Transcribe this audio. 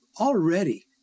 already